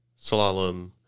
slalom